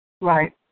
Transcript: Right